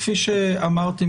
כפי שאמרתי,